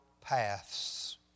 paths